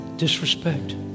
Disrespect